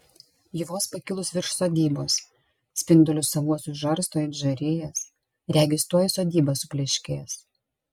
ji vos pakilus virš sodybos spindulius savuosius žarsto it žarijas regis tuoj sodyba supleškės